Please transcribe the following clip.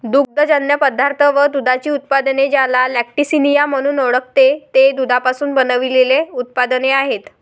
दुग्धजन्य पदार्थ व दुधाची उत्पादने, ज्याला लॅक्टिसिनिया म्हणून ओळखते, ते दुधापासून बनविलेले उत्पादने आहेत